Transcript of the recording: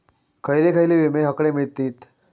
खयले खयले विमे हकडे मिळतीत?